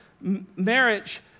marriage